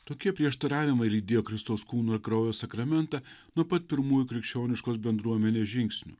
tokie prieštaravimai lydėjo kristaus kūno ir kraujo sakramentą nuo pat pirmųjų krikščioniškos bendruomenės žingsnių